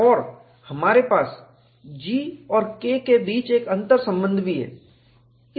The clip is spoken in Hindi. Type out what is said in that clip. और हमारे पास G और K के बीच एक अंतर संबंध भी है